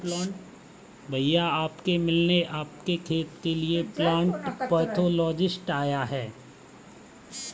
भैया आप से मिलने आपके खेत के लिए प्लांट पैथोलॉजिस्ट आया है